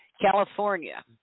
California